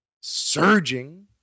surging